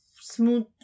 smooth